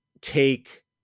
take